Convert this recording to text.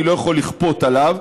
אני לא יכול לכפות עליו,